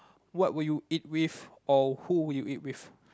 what would you eat with or who would you eat with